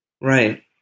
Right